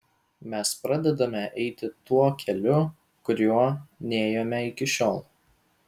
mes pradedame eiti tuo keliu kuriuo nėjome iki šiol